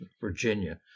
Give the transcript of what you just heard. Virginia